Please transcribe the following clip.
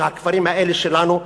שהכפרים האלה שלנו,